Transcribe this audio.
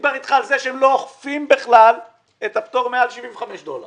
מדבר אתך על כך שהם לא אוכפים בכלל את הפטור מעל 75 דולר.